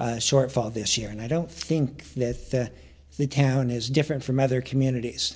shortfall this year and i don't think that the town is different from other communities